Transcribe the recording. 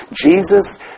Jesus